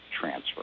transfer